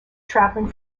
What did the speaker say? traveling